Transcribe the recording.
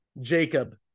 Jacob